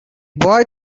boy